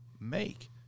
make